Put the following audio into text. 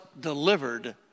delivered